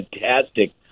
fantastic